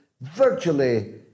virtually